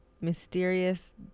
mysterious